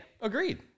Agreed